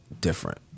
different